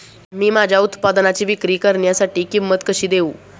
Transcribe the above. मी माझ्या उत्पादनाची विक्री करण्यासाठी किंमत कशी देऊ?